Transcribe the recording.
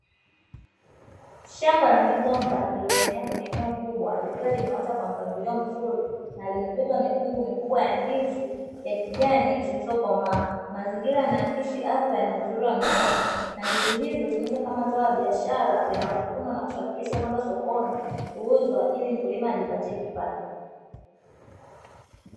Shamba la migomba lililoenea kwenye eneo kubwa likiwa limeota kwa mpangilio mzuri na limebeba mikungu mikubwa ya ndizi za kijani zilizokomaa. Mazingira yanaakisi afya na uzuri wa mimea na ndizi hizo hutumika kama zao la biashara linalovunwa na kusafirishwa kwenda sokoni kuuzwa ili mkulima ajipatie kipato.